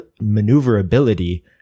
maneuverability